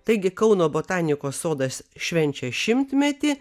taigi kauno botanikos sodas švenčia šimtmetį